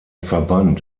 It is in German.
verband